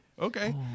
okay